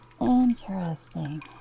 interesting